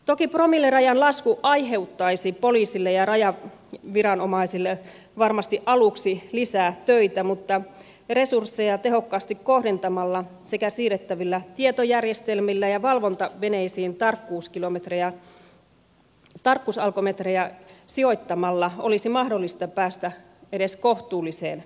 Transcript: toki promillerajan lasku aiheuttaisi poliisille ja rajaviranomaisille varmasti aluksi lisää töitä mutta resursseja tehokkaasti kohdentamalla siirrettävillä tietojärjestelmillä ja valvontaveneisiin tarkkuusalkometrejä sijoittamalla olisi mahdollista päästä edes kohtuulliseen tulokseen